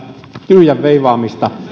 tyhjän veivaamista